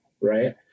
right